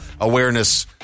awareness